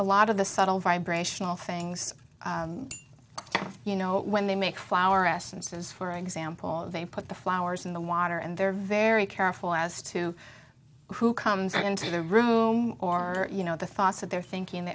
a lot of the subtle vibrational things you know when they make flourescent as for example they put the flowers in the water and they're very careful as to who comes into the room or you know the thoughts of their thinking